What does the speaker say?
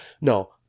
no